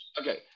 Okay